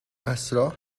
عصرا